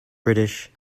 british